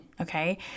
Okay